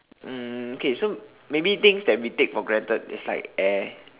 um okay so maybe things we take for granted is like air